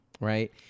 right